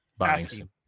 asking